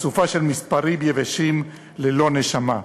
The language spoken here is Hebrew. אסופה של מספרים יבשים ללא נשמה.